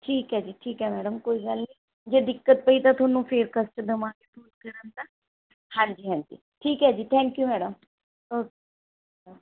ਠੀਕ ਹੈ ਜੀ ਠੀਕ ਹੈ ਮੈਡਮ ਕੋਈ ਗੱਲ ਨਹੀਂ ਜੇ ਦਿੱਕਤ ਪਈ ਤਾਂ ਤੁਹਾਨੂੰ ਫਿਰ ਕਸ਼ਟ ਦੇਵਾਂਗੇ ਫੋਨ ਕਰਨ ਦਾ ਹਾਂਜੀ ਹਾਂਜੀ ਠੀਕ ਹੈ ਜੀ ਥੈਂਕ ਯੂ ਮੈਡਮ ਓਕੇ